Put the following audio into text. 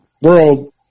world